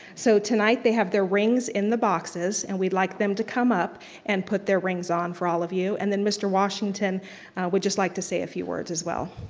so tonight they have their rings in the boxes and we'd like them to come up and put their rings on for all of you and then mr. washington would just like to say a few words as well.